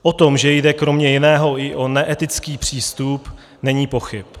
O tom, že jde kromě jiného i o neetický přístup, není pochyb.